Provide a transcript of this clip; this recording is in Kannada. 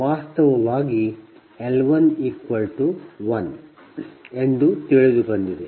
ವಾಸ್ತವವಾಗಿ L1 1 ಎಂದು ತಿಳಿದುಬಂದಿದೆ